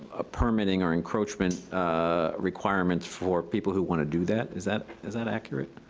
ah, permitting or encroachment requirements for people who wanna do that, is that is that accurate?